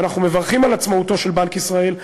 אנחנו מברכים על עצמאותו של בנק ישראל,